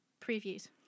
previews